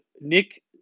Nick